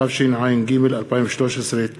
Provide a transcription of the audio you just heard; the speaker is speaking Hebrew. התשע"ג 2013. תודה.